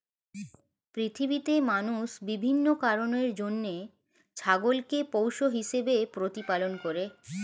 পৃথিবীতে মানুষ বিভিন্ন কারণের জন্য ছাগলকে পোষ্য হিসেবে প্রতিপালন করে